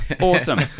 Awesome